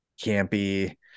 campy